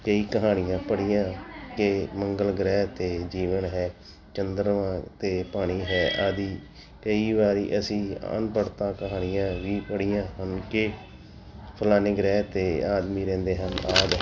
ਕਈ ਕਹਾਣੀਆਂ ਪੜ੍ਹੀਆਂ ਕਿ ਮੰਗਲ ਗ੍ਰਹਿ 'ਤੇ ਜੀਵਨ ਹੈ ਚੰਦਰਮਾ 'ਤੇ ਪਾਣੀ ਹੈ ਆਦਿ ਕਈ ਵਾਰੀ ਅਸੀਂ ਅਨਪੜ੍ਹਤਾ ਕਹਾਣੀਆਂ ਵੀ ਪੜ੍ਹੀਆਂ ਹਨ ਕਿ ਫਲਾਣੇ ਗ੍ਰਹਿ 'ਤੇ ਆਦਮੀ ਰਹਿੰਦੇ ਹਨ ਆਦਿ